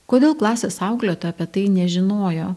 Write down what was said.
kodėl klasės auklėtoja apie tai nežinojo